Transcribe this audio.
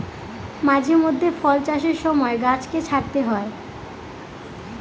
মাঝে মধ্যে ফল চাষের সময় গাছকে ছাঁটতে হয়